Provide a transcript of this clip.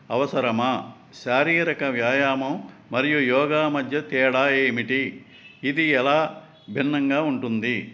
అవసరమా శారీరక వ్యాయామం మరియు యోగా మధ్య తేడా ఏమిటి ఇది ఎలా భిన్నంగా ఉంటుంది